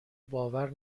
باور